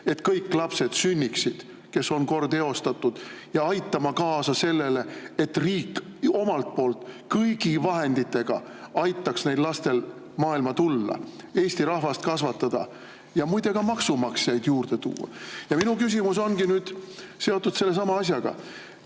et kõik lapsed sünniksid, kes on kord eostatud, ja aitama kaasa sellele, et riik omalt poolt kõigi vahenditega aitaks neil lastel maailma tulla, et eesti rahvas kasvaks ja muide ka maksumaksjaid juurde tuleks. Ja minu küsimus ongi seotud sellesama asjaga.